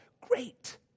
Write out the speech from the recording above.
Great